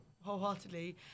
wholeheartedly